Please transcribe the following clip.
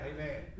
Amen